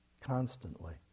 constantly